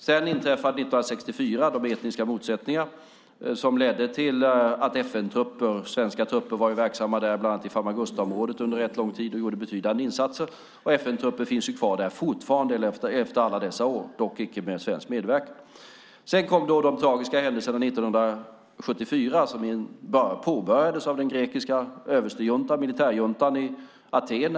År 1964 inträffade de etniska motsättningar som ledde till att FN-trupper sändes till Cypern. Svenska FN-trupper var verksamma i bland annat Famagustaområdet under rätt lång tid och gjorde betydande insatser. FN-trupper finns fortfarande kvar efter alla dessa år, dock inte med svensk medverkan. År 1974 inträffade de tragiska händelser som påbörjades av den grekiska överstejuntan, militärjuntan, i Aten.